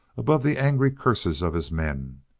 above the angry curses of his men,